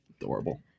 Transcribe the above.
Adorable